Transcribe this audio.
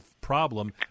problem